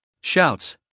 shouts